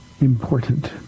important